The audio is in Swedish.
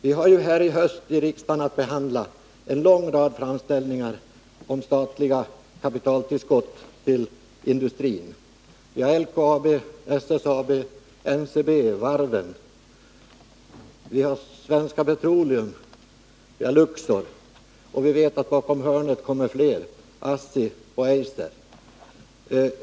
Vi har ju här i höst att behandla en lång rad framställningar om statliga kapitaltillskott till industrin — LKAB, SSAB, Ncb, varven, Svenska Petroleum och Luxor. Vi vet också att det kommer fler bakom hörnet, t.ex. ASSI och Eiser.